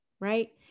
right